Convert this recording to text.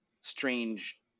strange